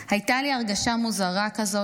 הייתה לי הרגשה מוזרה כזאת,